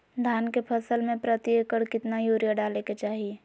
धान के फसल में प्रति एकड़ कितना यूरिया डाले के चाहि?